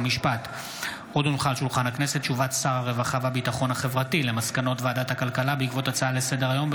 התרבות והספורט לצורך הכנתה לקריאה הראשונה.